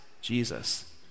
Jesus